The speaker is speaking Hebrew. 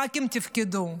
הח"כים תפקדו.